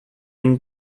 and